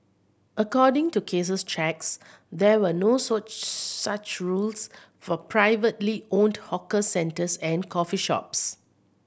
according to Case's checks there were no such rules for privately owned hawker centres and coffee shops